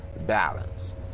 balance